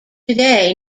today